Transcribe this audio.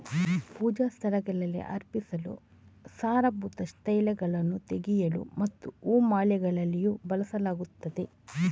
ಪೂಜಾ ಸ್ಥಳಗಳಲ್ಲಿ ಅರ್ಪಿಸಲು, ಸಾರಭೂತ ತೈಲಗಳನ್ನು ತೆಗೆಯಲು ಮತ್ತು ಹೂ ಮಾಲೆಗಳಲ್ಲಿಯೂ ಬಳಸಲಾಗುತ್ತದೆ